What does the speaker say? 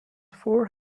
four